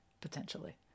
potentially